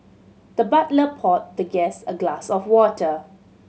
the butler poured the guest a glass of water